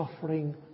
suffering